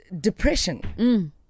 depression